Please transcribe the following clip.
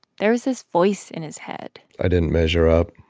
there was this voice in his head i didn't measure up.